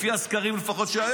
לפי הסקרים לפחות של היום.